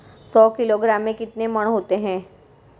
सौ किलोग्राम में कितने मण होते हैं?